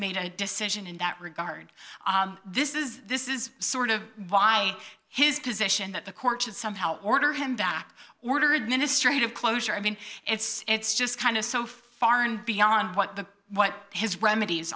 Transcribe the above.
made a decision in that regard this is this is sort of why his position that the court should somehow order him back order administrative closure i mean it's it's just kind of so far and beyond what the what his remedies